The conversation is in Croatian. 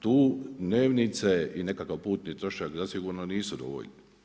Tu dnevnice i nekakav putni trošak zasigurno nisu dovoljni.